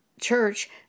church